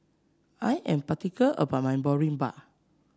I am particular about my Boribap